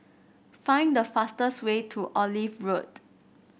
find the fastest way to Olive Road